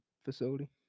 facility